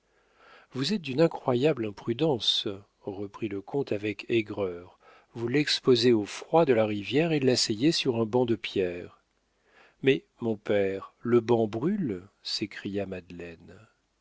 vous êtes d'une incroyable imprudence reprit le comte avec aigreur vous l'exposez au froid de la rivière et l'asseyez sur un banc de pierre mais mon père le banc brûle s'écria madeleine